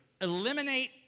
Eliminate